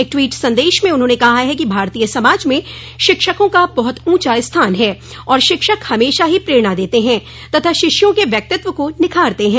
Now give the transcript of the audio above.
एक ट्वीट संदेश में उन्होंने कहा कि भारतीय समाज में शिक्षकों का बहुत ऊंचा स्थान है और शिक्षक हमेशा ही प्रेरणा देते है तथा शिष्यों के व्यक्तित्व को निखारते है